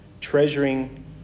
treasuring